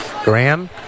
Graham